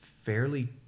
fairly